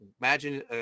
imagine